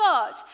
God